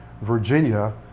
Virginia